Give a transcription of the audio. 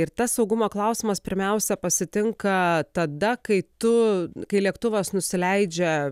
ir tas saugumo klausimas pirmiausia pasitinka tada kai tu kai lėktuvas nusileidžia